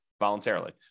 voluntarily